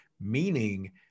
meaning